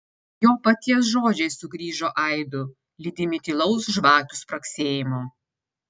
jo paties žodžiai sugrįžo aidu lydimi tylaus žvakių spragsėjimo